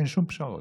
שלא רוצים אותו.